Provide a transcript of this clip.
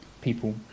people